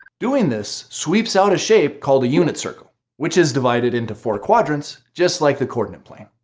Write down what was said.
doing this sweeps out a shape called a unit circle which is divided into four quadrants just like the coordinate plane.